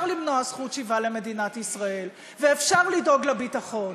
למנוע זכות שיבה למדינת ישראל ואפשר לדאוג לביטחון.